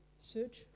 Search